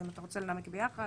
אז אם אתה רוצה לנמק ביחד,